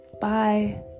Bye